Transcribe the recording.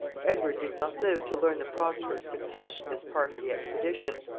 edward did not live to learn the prosperous success of this part of the expedition,